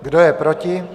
Kdo je proti?